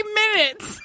minutes